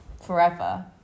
forever